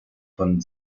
von